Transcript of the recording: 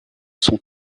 sont